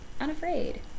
unafraid